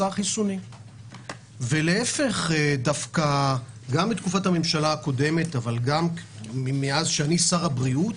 החיסונים ולהפך גם בתקופת הממשלה הקודמת ומאז שאני שר הבריאות